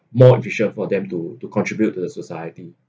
more efficient for them to to contribute to the society